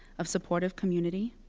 of supportive community,